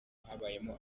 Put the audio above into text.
habayemo